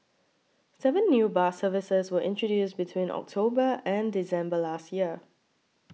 seven new bus services were introduced between October and December last year